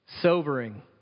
Sobering